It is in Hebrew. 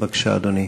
בבקשה, אדוני.